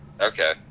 Okay